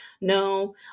No